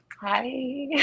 Hi